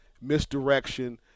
misdirection